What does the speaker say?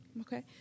Okay